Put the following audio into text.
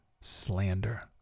slander